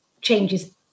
changes